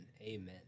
Amen